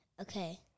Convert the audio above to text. Okay